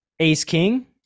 Ace-king